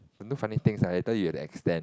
don't do funny things lah later you have to extend